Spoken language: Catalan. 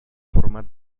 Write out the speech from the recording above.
format